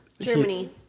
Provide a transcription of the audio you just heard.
Germany